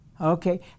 Okay